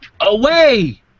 away